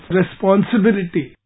responsibility